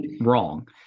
wrong